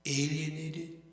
alienated